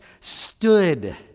stood